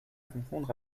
confondre